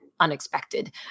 unexpected